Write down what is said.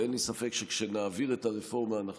ואין לי ספק שכשנעביר את הרפורמה אנחנו